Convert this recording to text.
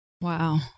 Wow